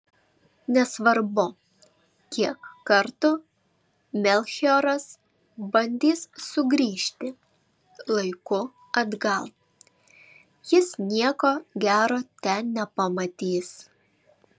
nesvarbu kiek kartų melchioras bandys sugrįžti laiku atgal jis nieko gero ten nepamatys